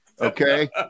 okay